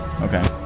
Okay